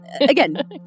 again